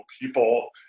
people